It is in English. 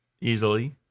easily